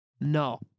No